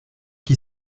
qui